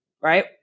Right